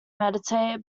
mediate